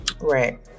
Right